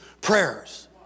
prayers